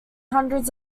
hundreds